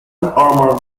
armoured